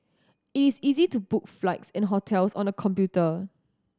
it is easy to book flights and hotels on the computer